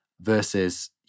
versus